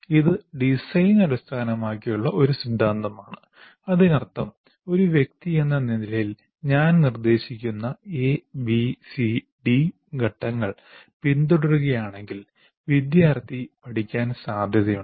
ഇത് ഡിസൈൻ അടിസ്ഥാനമാക്കിയുള്ള ഒരു സിദ്ധാന്തമാണ് അതിനർത്ഥം ഒരു വ്യക്തിയെന്ന നിലയിൽ ഞാൻ നിർദ്ദേശിക്കുന്ന എ ബി സി ഡി ഘട്ടങ്ങൾ പിന്തുടരുകയാണെങ്കിൽ വിദ്യാർത്ഥി പഠിക്കാൻ സാധ്യതയുണ്ട്